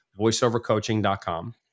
voiceovercoaching.com